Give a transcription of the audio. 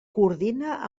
coordina